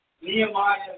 Nehemiah